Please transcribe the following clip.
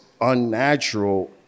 unnatural